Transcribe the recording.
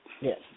Yes